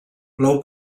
plou